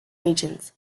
regions